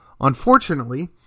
Unfortunately